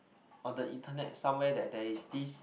on the internet somewhere that there is this